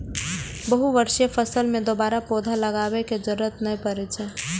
बहुवार्षिक फसल मे दोबारा पौधा लगाबै के जरूरत नै पड़ै छै